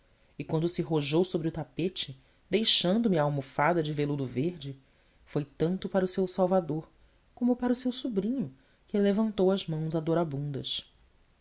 e quando se rojou sobre o tapete deixando me a almofada de veludo verde foi tanto para o seu salvador como para o seu sobrinho que levantou as mãos adorabundas findos os